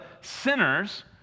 sinners